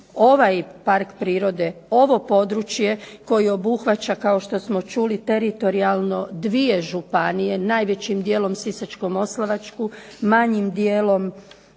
Ovaj park prirode, ovo područje koje obuhvaća kao što smo čuli teritorijalno 2 županije, najvećim dijelom Sisačko-moslavačku, manjim dijelom